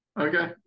Okay